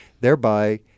thereby